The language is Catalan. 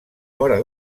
vora